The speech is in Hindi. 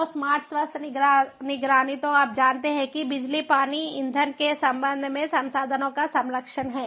तो स्मार्ट स्वास्थ्य निगरानी तो आप जानते हैं कि बिजली पानी ईंधन के संबंध में संसाधनों का संरक्षण है